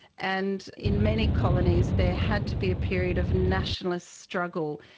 and in many colonies there had to be a period of nationalist struggle.